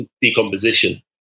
decomposition